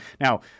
Now